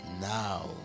now